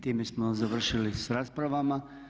Time smo završili s raspravama.